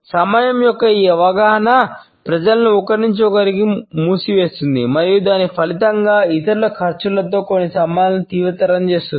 సమయం యొక్క ఈ అవగాహన ప్రజలను ఒకరి నుండి ఒకరిని మూసివేస్తుంది మరియు దాని ఫలితంగా ఇతరుల ఖర్చుతో కొన్ని సంబంధాలను తీవ్రతరం చేస్తుంది